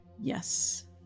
Yes